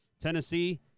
Tennessee